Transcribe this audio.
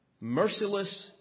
merciless